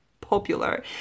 popular